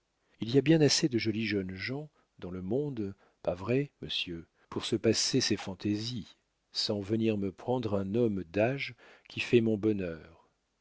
il y a bien assez de jolis jeunes gens dans le monde pas vrai monsieur pour se passer ses fantaisies sans venir me prendre un homme d'âge qui fait mon bonheur